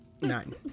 Nine